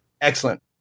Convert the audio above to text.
Excellent